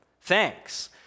Thanks